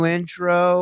Intro